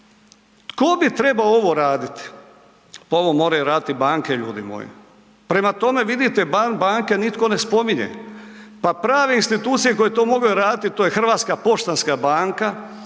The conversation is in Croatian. Ko bi trebao ovo raditi? Pa ovo moraju raditi banke ljudi moji. Prema tome, vidite banke nitko ne spominje, pa prave institucije koje bi to mogle raditi to je Hrvatska poštanska banka,